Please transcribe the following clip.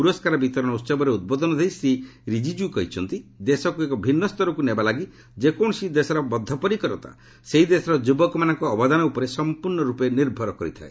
ପୁରସ୍କାର ବିତରଣ ଉହବରେ ଉଦ୍ବୋଧନ ଦେଇ ଶ୍ରୀ ରିଜିଳୁ କହିଛନ୍ତି ଦେଶକୁ ଏକ ଭିନ୍ନ ସ୍ତରକୁ ନେବା ଲାଗି ଯେକୌଣସି ଦେଶର ବଦ୍ଧପରିକରତା ସେହି ଦେଶର ଯୁବକମାନଙ୍କ ଅବଦାନ ଉପରେ ସମ୍ପର୍ଶ୍ଣ ରୂପେ ନିର୍ଭର କରିଥାଏ